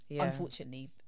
unfortunately